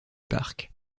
parc